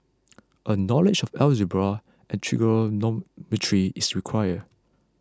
a knowledge of algebra and trigonometry is required